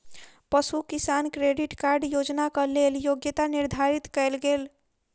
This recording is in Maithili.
पशु किसान क्रेडिट कार्ड योजनाक लेल योग्यता निर्धारित कयल गेल